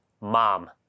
mom